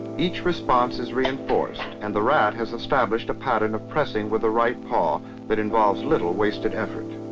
each response is reinforced and the rat has established a pattern of pressing with the right paw that involves little wasted effort.